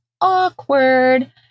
awkward